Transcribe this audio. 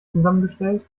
zusammengestellt